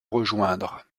rejoindre